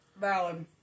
valid